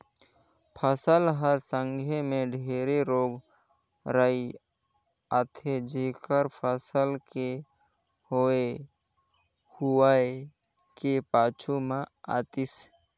फसल हर संघे मे ढेरे रोग राई आथे जेहर फसल के होए हुवाए के पाछू मे आतिस